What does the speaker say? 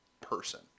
person